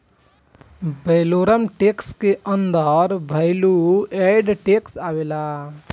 valorem tax के अंदर value added tax आवेला